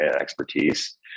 expertise